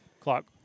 Clock